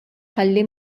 ħalli